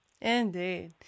indeed